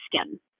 skin